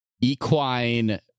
equine